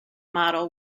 model